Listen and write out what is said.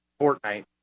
Fortnite